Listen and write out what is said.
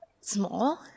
Small